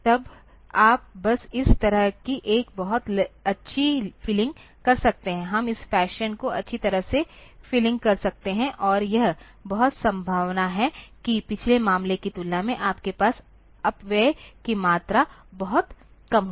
तब आप बस इस तरह की एक बहुत अच्छी फिलिंग कर सकते हैं हम इस फैशन को अच्छी तरह से फिलिंग कर सकते हैं और यह बहुत संभावना है कि पिछले मामले की तुलना में आपके पास अपव्यय की मात्रा बहुत कम होगी